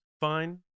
fine